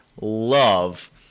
love